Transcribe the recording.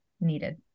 needed